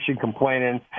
complaining